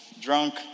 drunk